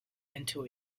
into